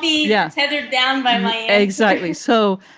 me yeah say they're down by my. exactly so,